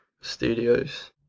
studios